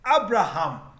Abraham